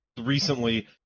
recently